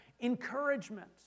encouragement